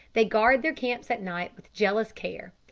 they guard their camps at night with jealous care.